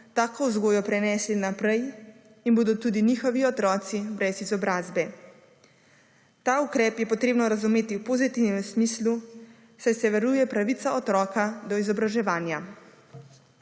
tako vzgojo prenesli naprej in bodo tudi njihovi otroci brez izobrazbe. Ta ukrep je potrebno razumeti v pozitivnem smislu, da se je varuje pravica otroka do izobraževanja.